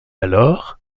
alors